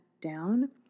down